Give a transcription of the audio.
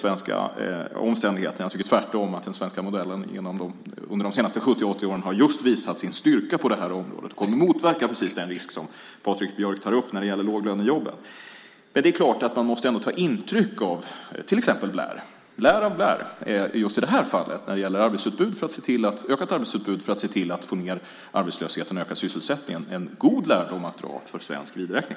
Jag tycker tvärtom att den svenska modellen under de senaste 70-80 åren har visat sin styrka på det här området och motverkat precis den risk som Patrik Björck tar upp, låglönerisken. Det är klart att man ändå måste ta intryck, av till exempel Blair. Just i det här fallet, när det gäller ökat arbetsutbud för att se till att få ned arbetslösheten och öka sysselsättningen, finns det en god lärdom att dra för svensk vidräkning.